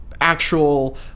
actual